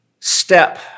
step